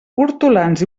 hortolans